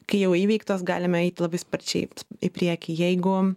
kai jau įveiktos galime eit labai sparčiai į priekį jeigu